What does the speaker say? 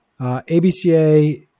ABCA